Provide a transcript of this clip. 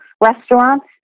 restaurants